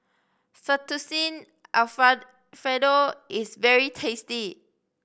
Fettuccine Fredo is very tasty